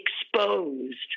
exposed